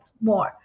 more